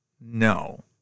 No